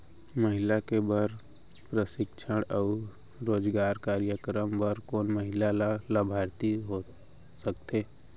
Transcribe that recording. महिला के बर प्रशिक्षण अऊ रोजगार कार्यक्रम बर कोन महिला ह लाभार्थी हो सकथे?